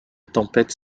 tempête